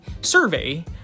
survey